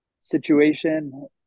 situation